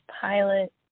pilot